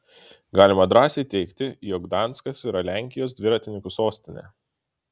galima drąsiai teigti jog gdanskas yra lenkijos dviratininkų sostinė